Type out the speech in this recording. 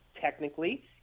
technically